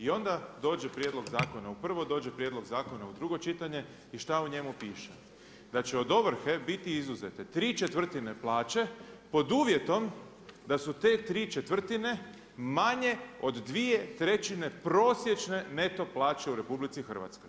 I onda dođe prijedlog zakona u prvo, dođe prijedlog zakona u drugo čitanje i šta u njemu piše, da će od ovrhe biti izuzete tri četvrtine plaće pod uvjetom da su te tri četvrtine manje od dvije trećine prosječne neto plaće u RH.